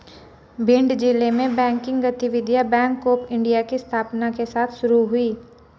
भिंड जिले में बैंकिंग गतिविधियां बैंक ऑफ़ इंडिया की स्थापना के साथ शुरू हुई